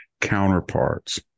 counterparts